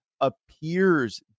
appears